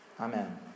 Amen